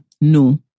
no